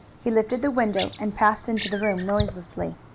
he lifted the window and passed into the room noiselessly.